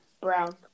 Brown